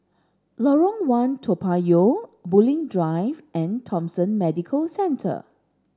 Lorong one Toa Payoh Bulim Drive and Thomson Medical Centre